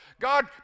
God